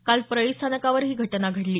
काल परळी स्थानकावर ही घटना घडली